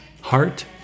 heart